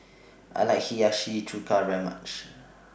I like Hiyashi Chuka very much